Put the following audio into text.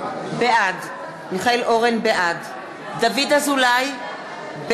בעד דוד אזולאי,